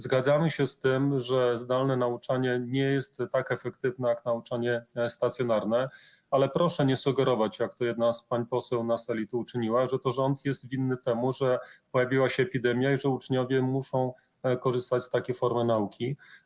Zgadzamy się z tym, że zdalne nauczanie nie jest tak efektywne jak nauczanie stacjonarne, ale proszę nie sugerować, jak to jedna z pań poseł na sali uczyniła, że to rząd jest winny temu, że pojawiła się epidemia i że uczniowie muszą korzystać z takiej formy nauki.